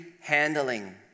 handling